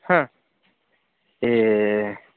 हा एय्